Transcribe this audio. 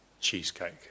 cheesecake